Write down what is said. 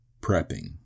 prepping